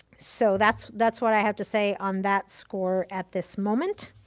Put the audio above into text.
so that's that's what i have to say on that score at this moment.